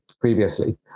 previously